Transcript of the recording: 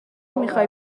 میخای